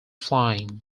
flying